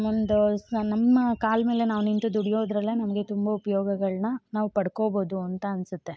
ಒಂದೊ ನಮ್ಮ ಕಾಲ ಮೇಲೆ ನಾವು ನಿಂತು ದುಡಿಯೋದರಲ್ಲೇ ನಮಗೆ ತುಂಬ ಉಪಯೋಗಗಳನ್ನ ನಾವು ಪಡ್ಕೊಬೋದು ಅಂತ ಅನಿಸುತ್ತೆ